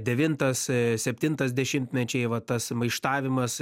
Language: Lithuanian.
devintas septintas dešimtmečiai va tas maištavimas